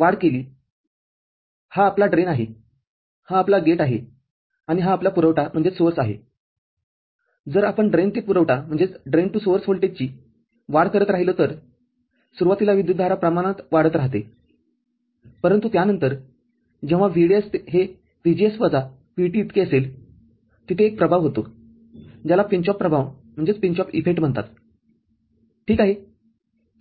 वाढ केलीहा आपला ड्रेन आहे हा आपला गेट आहे आणि हा आपला पुरवठा आहे जर आपण ड्रेन ते पुरवठा व्होल्टेजची वाढ करत राहिलोतर सुरुवातीला विद्युतधारा प्रमाणात वाढत राहतेपरंतु त्यानंतर जेव्हा VDS हे VGS वजा VT इतके असेल तिथे एक प्रभाव होतो ज्याला पिंच ऑफ प्रभाव म्हणतात ठीक आहे